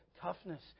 toughness